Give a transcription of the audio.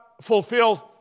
fulfilled